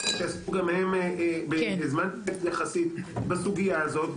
שעסקו גם הם בזמן ארוך יחסית בסוגייה הזו,